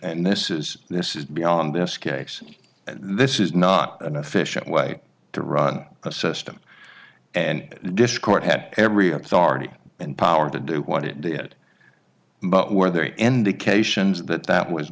and this is this is beyond this case this is not an efficient way to run a system and this court had every authority and power to do what it did but were there end occasions that that was